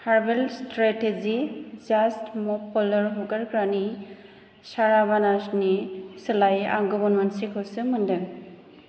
हारबेल strategy जास्ट मप फ्ल'र हुगारग्रानि सारावानासनि सोलायै आं गुबुन मोनसेखौसो मोनदों